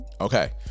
Okay